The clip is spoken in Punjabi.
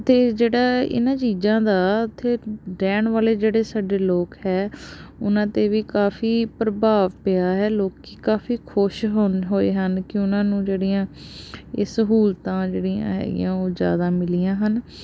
ਅਤੇ ਜਿਹੜਾ ਇਹਨਾਂ ਚੀਜ਼ਾਂ ਦਾ ਉੱਥੇ ਰਹਿਣ ਵਾਲੇ ਜਿਹੜੇ ਸਾਡੇ ਲੋਕ ਹੈ ਉਹਨਾਂ 'ਤੇ ਵੀ ਕਾਫੀ ਪ੍ਰਭਾਵ ਪਿਆ ਹੈ ਲੋਕ ਕਾਫੀ ਖੁਸ਼ ਹਨ ਹੋਏ ਹਨ ਕਿ ਉਹਨਾਂ ਨੂੰ ਜਿਹੜੀਆਂ ਇਹ ਸਹੂਲਤਾਂ ਜਿਹੜੀਆਂ ਹੈਗੀਆਂ ਉਹ ਜ਼ਿਆਦਾ ਮਿਲੀਆਂ ਹਨ